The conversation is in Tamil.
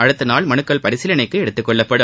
அடுத்த நாள் மனுக்கள் பரிசீலனைக்கு எடுத்துக் கொள்ளப்படும்